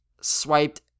swiped